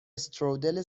استرودل